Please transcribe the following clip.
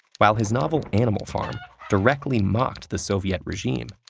while his novel animal farm directly mocked the soviet regime,